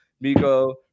Miko